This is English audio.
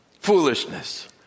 Foolishness